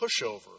pushover